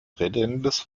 redendes